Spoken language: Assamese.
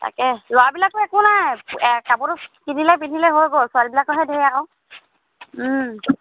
তাকে ল'ৰাবিলাকৰতো একো নাই কাপোৰটো কিনিলে পিন্ধিলে হৈ গ'ল ছোৱালবিলাকৰহে ধেৰ আকৌ